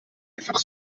einfach